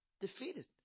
defeated